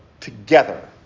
together